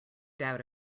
doubt